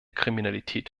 kriminalität